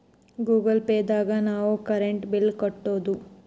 Google Pay ದಾಗ ನಾವ್ current bill ಕಟ್ಟೋದು